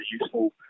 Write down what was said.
useful